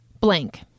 blank